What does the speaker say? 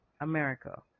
America